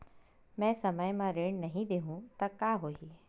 मैं समय म ऋण नहीं देहु त का होही